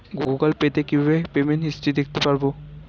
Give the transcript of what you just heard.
Google Pay তে কিভাবে payment history দেখতে পারবো?